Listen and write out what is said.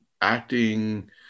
acting